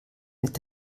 mit